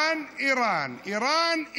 איראן, איראן.